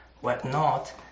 whatnot